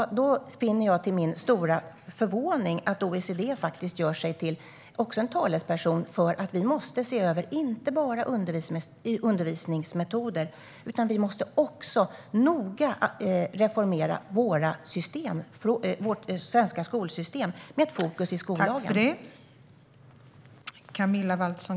Jag finner till min stora förvåning att OECD gör sig till talesperson för att vi inte bara måste se över våra undervisningsmetoder utan också noga reformera vårt skolsystem, med fokus på skollagen.